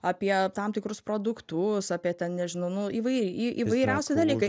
apie tam tikrus produktus apie ten nežinau nu įvairiai įvairiausi dalykai